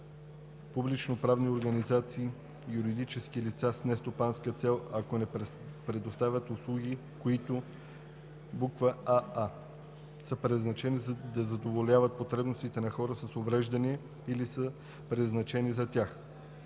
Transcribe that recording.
публичноправни организации – юридически лица с нестопанска цел, ако не предоставят услуги, които: аа) са предназначени да задоволяват потребностите на хора с увреждания или са предназначени за тях;